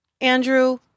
Andrew